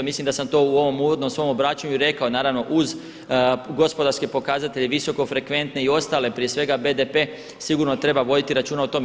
Mislim da sam to u ovom uvodnom svom obraćanju i rekao naravno uz gospodarske pokazatelje, visoko frekventne i ostale prije svega BDP, sigurno treba voditi računa o tome.